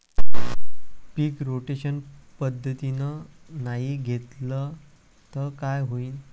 पीक rotation पद्धतीनं नाही घेतलं तर काय होईन?